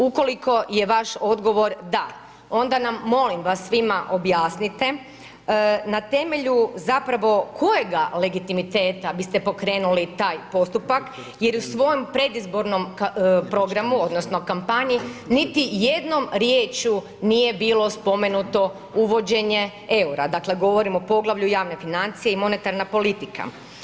Ukoliko je vaš odgovor da, onda nam molim vas svima objasnite na temelju zapravo kojega legitimiteta biste pokrenuli taj postupak jer u svojem predizbornom programu odnosno kampanji, niti jednom riječju nije bilo spomenuto uvođenje eura, dakle govorim o poglavlju javne financije i monetarna politika.